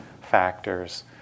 factors